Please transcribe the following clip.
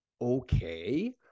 Okay